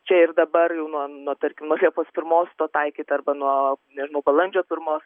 čia ir dabar jau nuo nuo tarkim nuo liepos pirmos to taikyt arba nuo nežinau balandžio pirmos